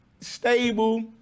stable